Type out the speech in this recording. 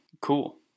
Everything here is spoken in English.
cool